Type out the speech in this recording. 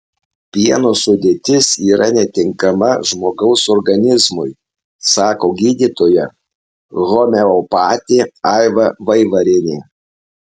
pieno sudėtis yra netinkama žmogaus organizmui sako gydytoja homeopatė aiva vaivarienė